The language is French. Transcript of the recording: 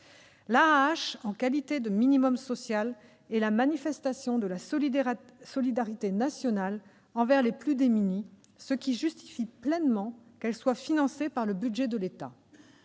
L'AAH, en qualité de minimum social, est la manifestation de la solidarité nationale envers les plus démunis, ce qui justifie pleinement qu'elle soit financée par le budget de l'État.